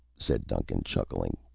said duncan, chuckling.